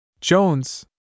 Jones